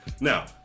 Now